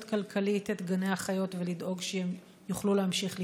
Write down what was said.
כלכלית את גני החיות ולדאוג שהם יוכלו להמשיך לפעול?